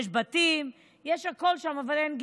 יש בתים, יש הכול שם, אבל אין גישה.